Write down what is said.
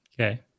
Okay